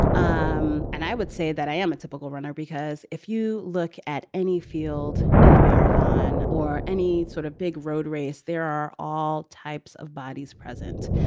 um and i would say that i am a typical runner, because if you look at any field in a marathon or any sort of big road race, there are all types of bodies present.